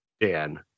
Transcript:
dan